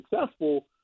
successful